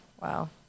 Wow